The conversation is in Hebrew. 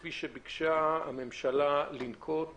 כפי שביקשה הממשלה לנקוט